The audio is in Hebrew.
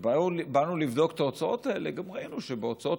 כשבאנו לבדוק את ההוצאות האלה גם ראינו שבהוצאות